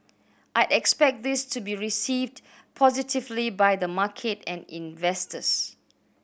I'd expect this to be received positively by the market and investors